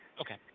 okay